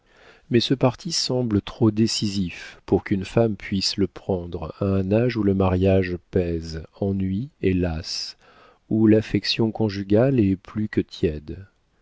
mais ce parti semble trop décisif pour qu'une femme puisse le prendre à un âge où le mariage pèse ennuie et lasse où l'affection conjugale est plus que tiède